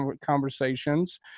Conversations